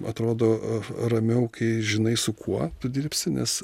atrodo a ramiau kai žinai su kuo tu dirbsi nes